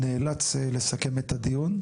נאלץ לסכם את הדיון.